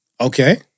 Okay